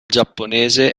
giapponese